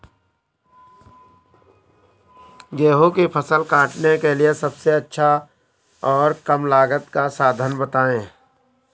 गेहूँ की फसल काटने के लिए सबसे अच्छा और कम लागत का साधन बताएं?